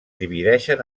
divideixen